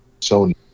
Sony